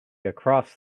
across